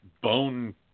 bone